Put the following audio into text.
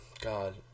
God